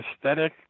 aesthetic